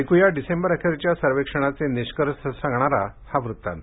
ऐकूया डिसेंबरअखेरच्या सर्वेक्षणाचे निष्कर्ष सांगणारा हा वृत्तांत